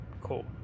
Cool